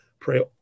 pray